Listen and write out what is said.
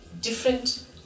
different